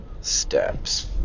steps